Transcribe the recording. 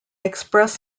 express